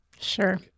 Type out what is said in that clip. Sure